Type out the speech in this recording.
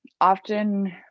often